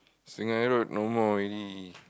Sungei-Road no more already